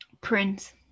Prince